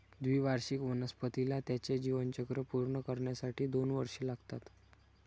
द्विवार्षिक वनस्पतीला त्याचे जीवनचक्र पूर्ण करण्यासाठी दोन वर्षे लागतात